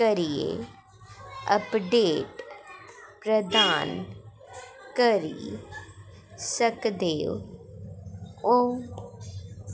करियै अपडेट प्रदान करी सकदे ओ